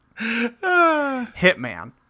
Hitman